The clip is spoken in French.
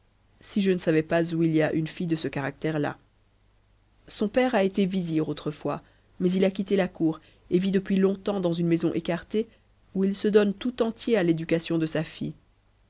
si je ne savais pas où il y a une fille de ce caractère la son père a été vizir autrefois mais il a quitté la cour et vit depuis longtemps dans une maison écartée où il se donne tout entier à l'éducation de sa fille